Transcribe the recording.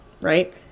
right